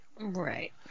Right